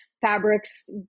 fabrics